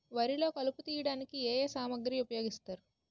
వరిలో కలుపు తియ్యడానికి ఏ ఏ సామాగ్రి ఉపయోగిస్తారు?